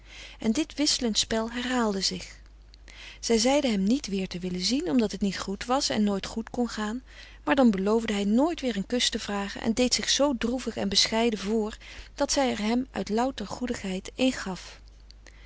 en dit wisselend spel herhaalde zich zij zeide hem niet weer te willen zien omdat het niet goed was en nooit goed kon gaan maar dan beloofde hij nooit weer een kus te vragen en deed zich zoo droevig en bescheiden vr dat zij er hem uit louter goedigheid een gaf